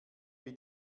wie